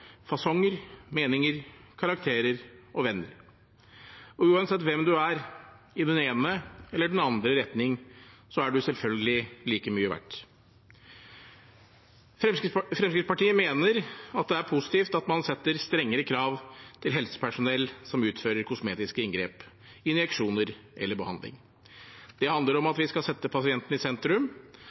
fasonger, meninger, karakterer og venner. Og uansett hvem du er, i den ene eller andre retning, er du selvfølgelig like mye verdt. Fremskrittspartiet mener det er positivt at man setter strengere krav til helsepersonell som utfører kosmetiske inngrep, injeksjoner eller behandling. Det handler om at vi skal sette pasienten i sentrum,